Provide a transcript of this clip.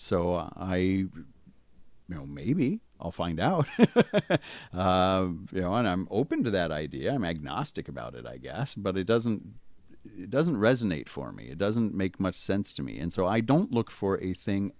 so i you know maybe i'll find out you know i'm open to that idea i'm agnostic about it i guess but it doesn't doesn't resonate for me it doesn't make much sense to me and so i don't look for a thing